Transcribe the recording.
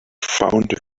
found